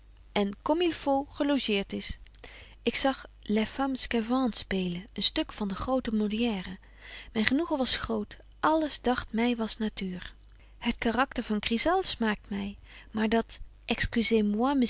en comme il faut gelogeert is ik zag les femmes sçavantes spelens een stuk van den grobetje wolff en aagje deken historie van mejuffrouw sara burgerhart ten moliere myn genoegen was groot alles dagt my was natuur het karakter van crisale smaakt my maar dat